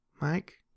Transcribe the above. Mike